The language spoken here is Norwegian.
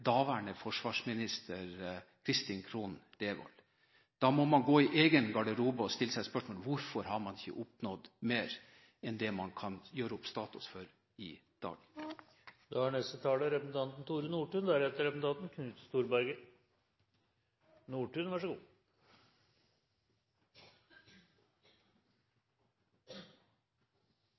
daværende forsvarsminister Kristin Krohn Devold. Da må man gå i egen garderobe og stille seg spørsmålet: Hvorfor har man ikke oppnådd mer enn det man kan gjøre opp status for i dag? Det som beskrives innledningsvis i denne innstillingen, er